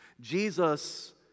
Jesus